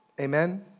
Amen